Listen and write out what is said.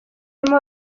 barimo